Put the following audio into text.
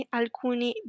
alcuni